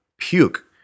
puke